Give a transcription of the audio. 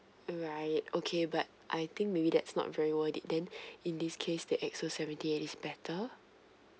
alright okay but I think maybe that's not very worth it then in this case the X_O seventy eight is better